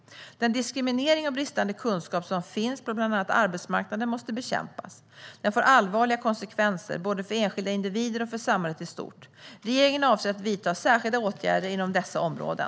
Den diskriminering och bristande kunskap som finns på bland annat arbetsmarknaden måste bekämpas. Den får allvarliga konsekvenser både för enskilda individer och för samhället i stort. Regeringen avser att vidta särskilda åtgärder inom dessa områden.